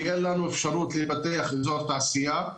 אין לנו אפשרות לפתח איזור תעשייה.